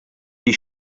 die